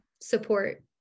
Support